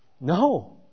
No